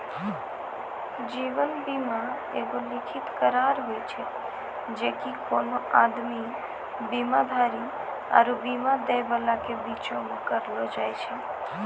जीवन बीमा एगो लिखित करार होय छै जे कि कोनो आदमी, बीमाधारी आरु बीमा दै बाला के बीचो मे करलो जाय छै